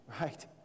right